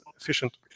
efficient